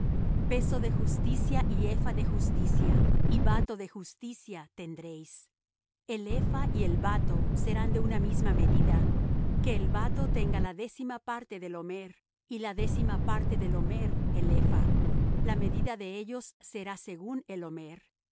peso de justicia y epha de justicia y bato de justicia tendréis el epha y el bato serán de una misma medida que el bato tenga la décima parte del homer y la décima parte del homer el epha la medida de ellos será según el homer